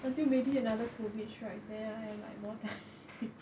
until maybe another COVID strikes then I have like more time